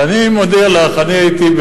ואני מודיע לך: אני הייתי,